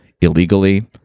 illegally